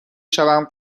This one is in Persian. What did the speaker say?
شوم